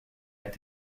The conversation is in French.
est